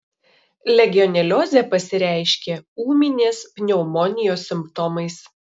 legioneliozė pasireiškia ūminės pneumonijos simptomais